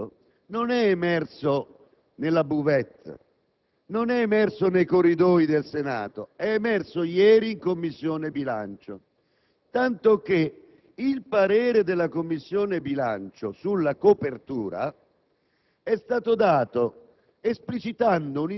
Questo elemento*,* signor Presidente, non èemerso nella *buvette*, non è emerso nei corridoi del Senato, ma ieri in Commissione bilancio, tanto che il parere della Commissione sulla copertura